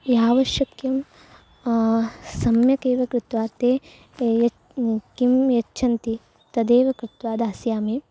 यावश्श्यक्यं सम्यकेव कृत्वा ते यत् किं यच्छन्ति तदेव कृत्वा दास्यामि